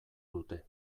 dute